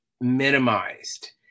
minimized